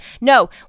No